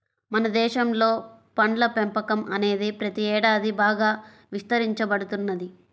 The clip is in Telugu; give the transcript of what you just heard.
మన దేశంలో పండ్ల పెంపకం అనేది ప్రతి ఏడాది బాగా విస్తరించబడుతున్నది